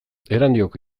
erandioko